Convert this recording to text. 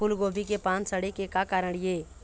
फूलगोभी के पान सड़े के का कारण ये?